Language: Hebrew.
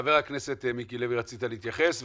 חבר הכנסת מיקי לוי, רצית להתייחס.